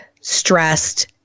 stressed